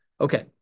Okay